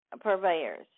purveyors